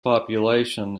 population